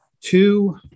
two